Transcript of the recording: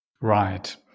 Right